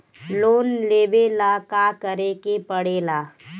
Loan लेबे ला का करे के पड़े ला?